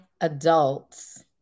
adults